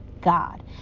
God